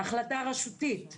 החלטה רשותית.